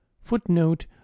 Footnote